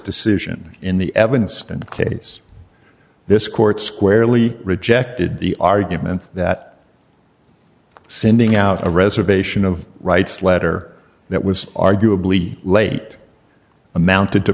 decision in the evidence in the case this court squarely rejected the argument that sending out a reservation of rights letter that was arguably late amounted to